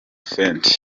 fenty